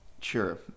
sure